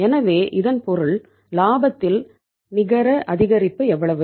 எனவே இதன் பொருள் லாபத்தில் நிகர அதிகரிப்பு எவ்வளவு